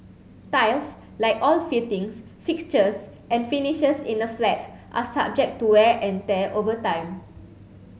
tiles like all fittings fixtures and finishes in a flat are subject to wear and tear over time